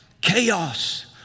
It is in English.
chaos